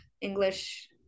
English